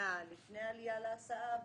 לפני העלייה להסעה ובסיומה.